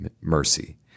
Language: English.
mercy